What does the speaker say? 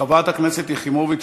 חברת הכנסת יחימוביץ,